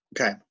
Okay